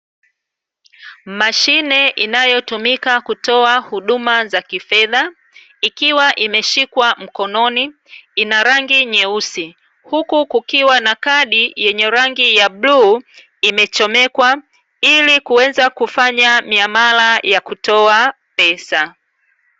Mashine inayotumika kutoa huduma za kifedha, ikiwa imeshikwa mkononi, ina rangi nyeusi, huku kukiwa na kadi yenye rangi ya bluu imechomekwa, ili kuweza kufanya miamala ya kutoa pesa.